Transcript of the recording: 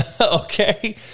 Okay